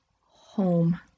Home